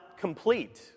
Complete